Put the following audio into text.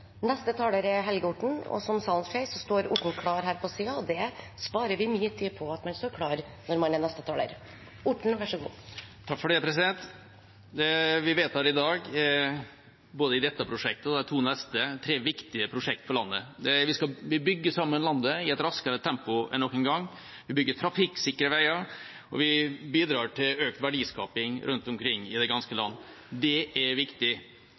neste, er tre viktige prosjekter for landet. Vi bygger sammen landet i et raskere tempo enn noen gang. Vi bygger trafikksikre veier, og vi bidrar til økt verdiskaping rundt omkring i det ganske land. Det er viktig.